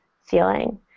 feeling